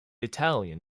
italian